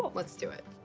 let's do it.